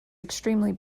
extremely